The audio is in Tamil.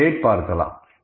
08 பார்க்கலாம்